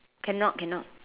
cannot cannot